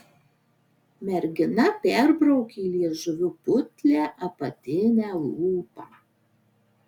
mergina perbraukė liežuviu putlią apatinę lūpą